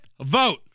vote